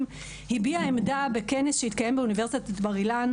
הביע עמדה בכנס שהתקיים באוניברסיטת בר אילן,